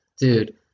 dude